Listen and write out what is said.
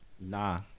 Nah